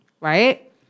right